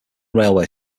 railway